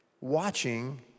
watching